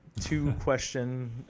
two-question